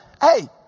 hey